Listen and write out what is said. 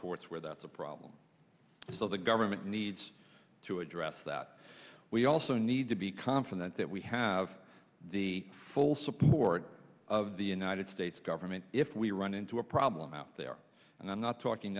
ports where that is a problem so the government needs to address that we also need to be confident that we have the full support of the united states government if we run into a problem out there and i'm not talking